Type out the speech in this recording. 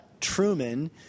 Truman